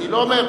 אני לא אומר,